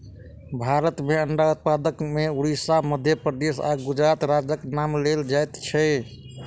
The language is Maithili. भारत मे अंडा उत्पादन मे उड़िसा, मध्य प्रदेश आ गुजरात राज्यक नाम लेल जाइत छै